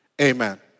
Amen